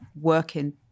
working